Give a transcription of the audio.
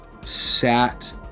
sat